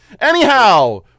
Anyhow